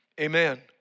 Amen